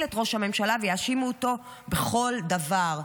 את ראש הממשלה ויאשימו אותו בכל דבר.